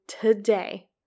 today